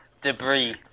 Debris